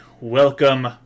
Welcome